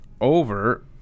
over